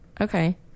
Okay